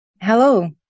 Hello